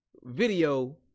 video